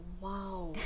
Wow